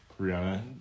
Rihanna